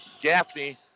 Gaffney